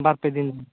ᱵᱟᱨᱼᱯᱮ ᱫᱤᱱ